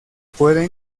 puede